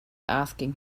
asking